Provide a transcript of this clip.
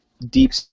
deep